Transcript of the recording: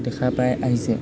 দেখা পাই আহিছে